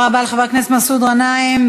תודה רבה לחבר הכנסת מסעוד גנאים.